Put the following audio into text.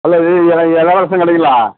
hello இது எள இளவரசன் கடைங்களா